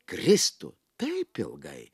kristų taip ilgai